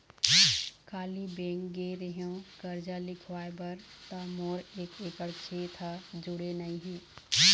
काली bank गे रेहेव करजा लिखवाय बर त मोर एक एकड़ खेत ह जुड़े नइ हे